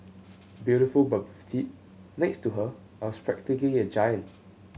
beautiful but petite next to her I was practically a giant